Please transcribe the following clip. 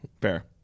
Fair